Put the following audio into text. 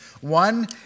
One